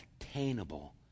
attainable